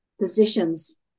positions